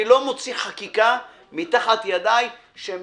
אני לא מוציא מתחת ידיי חקיקה בכפייה,